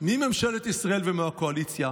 מממשלת ישראל ומהקואליציה,